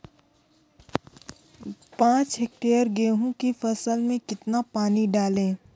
पाँच हेक्टेयर गेहूँ की फसल में कितना पानी डालें?